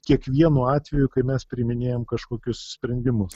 kiekvienu atveju kai mes priiminėjam kažkokius sprendimus